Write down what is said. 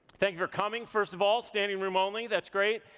thank you for coming, first of all, standing room only, that's great.